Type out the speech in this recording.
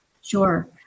Sure